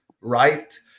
right